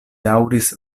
daŭris